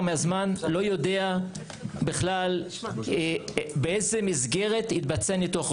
מהזמן לא יודע בכלל באיזה מסגרת יתבצע הניתוח.